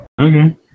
Okay